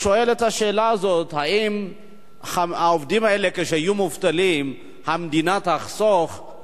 אני שואל את השאלה הזאת: האם כשהעובדים האלה יהיו מובטלים המדינה תחסוך?